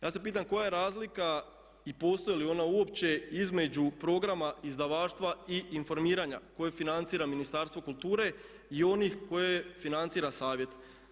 Ja se pitam koja je razlika i postoji li ona uopće između programa izdavaštva i informiranja koje financira Ministarstvo kulture i onih koje financira savjet?